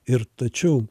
ir tačiau